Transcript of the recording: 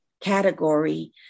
category